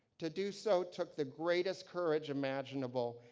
to do so took the greatest courage imaginable,